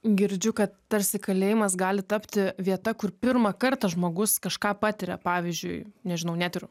girdžiu kad tarsi kalėjimas gali tapti vieta kur pirmą kartą žmogus kažką patiria pavyzdžiui nežinau net ir